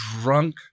drunk